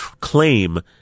claim